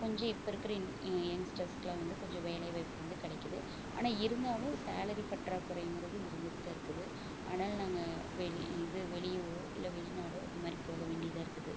கொஞ்சம் இப்போ இருக்கிற இன் எங்ஸ்டர்ஸ்க்கெலாம் வந்து கொஞ்சம் வேலைவாய்ப்பு வந்து கிடைக்கிது ஆனால் இருந்தாலும் சேலரி பற்றாக்குறைங்கிறது இருந்துகிட்டு தான் இருக்குது அதனால் நாங்கள் வெளி இது வெளியூரோ இல்லை வெளிநாடோ அந்த மாதிரி போக வேண்டியதாக இருக்குது